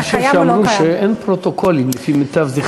אני חושב שאמרו שאין פרוטוקולים, למיטב זיכרוני.